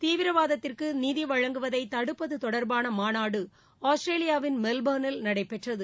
தீவிரவாதத்திற்கு நிதி வழங்குவதை தடுப்பது தொடர்பான மாநாடு ஆஸ்திரேலியாவின் மெல்போ்னில் நடைபெற்றது